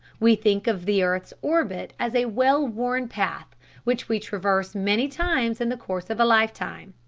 we think of the earth's orbit as a well-worn path which we traverse many times in the course of a lifetime.